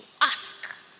ask